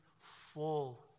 full